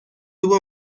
tuvo